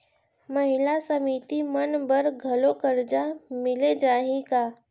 महिला समिति मन बर घलो करजा मिले जाही का?